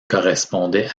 correspondait